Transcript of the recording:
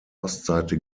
ostseite